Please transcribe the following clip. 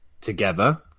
together